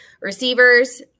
receivers